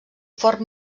fort